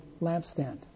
lampstand